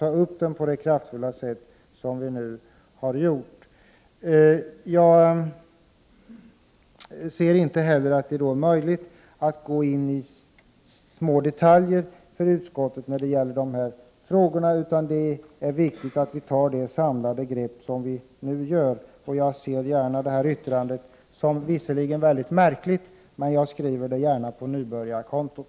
Det är viktigt att det samlade grepp som vi nu talar om kommer till stånd. Prot. 1988/89:40 Jag ser visserligen det berörda särskilda yttrandet som mycket märkligt, 7 december 1988 = men jag är villig att skriva det på nybörjarkontot.